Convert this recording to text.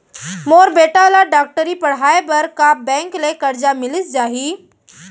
मोर बेटा ल डॉक्टरी पढ़ाये बर का बैंक ले करजा मिलिस जाही?